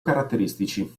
caratteristici